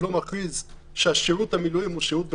הוא לא מכריז שהשירות במילואים הוא שירות בחירום,